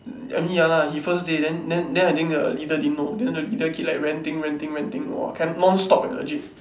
I mean ya lah he first day then then then I think the leader didn't know then the leader keep like ranting ranting ranting !wah! can non stop eh legit